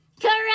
Correct